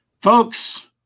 Folks